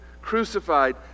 crucified